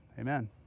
amen